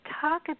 talk